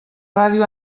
ràdio